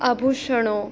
આભૂષણો